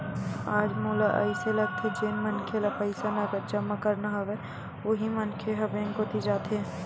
आज मोला अइसे लगथे जेन मनखे ल पईसा नगद जमा करना हवय उही मनखे ह बेंक कोती जाथे